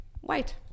white